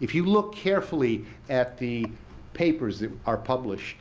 if you look carefully at the papers that are published